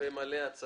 מי נמנע?